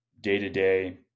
day-to-day